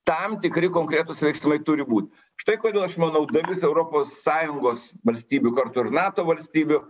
tam tikri konkretūs veiksmai turi būt štai kodėl aš manau dalis europos sąjungos valstybių kartu ir nato valstybių